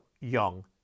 young